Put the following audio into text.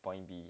point B